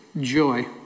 joy